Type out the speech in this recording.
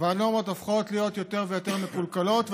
הנורמות הופכות להיות יותר ויותר מקולקלות,